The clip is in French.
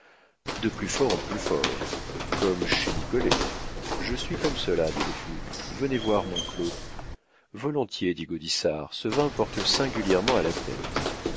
de plus fort en plus fort comme chez nicolet je suis comme cela dit le fou venez voir mon clos volontiers dit gaudissart ce vin porte singulièrement à la tête